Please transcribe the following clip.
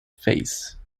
face